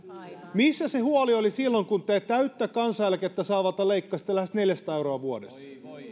missä se huoli oli silloin kun te täyttä kansaneläkettä saavalta leikkasitte lähes neljäsataa euroa vuodessa